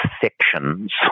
sections